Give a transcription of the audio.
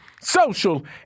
social